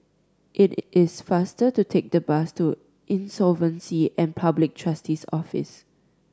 it is faster to take the bus to Insolvency and Public Trustee's Office